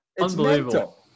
unbelievable